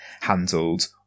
handled